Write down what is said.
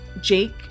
Jake